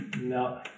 no